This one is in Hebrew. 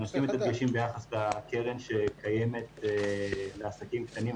נשים את ההדגשים ביחס לקרן שקיימת לעסקים קטנים.